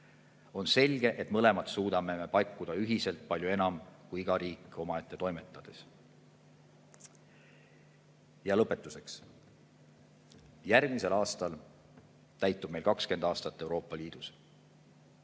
On selge, et mõlemat suudame me ühiselt pakkuda palju enam kui iga riik omaette toimetades. Ja lõpetuseks. Järgmisel aastal täitub meil 20 aastat Euroopa Liidus.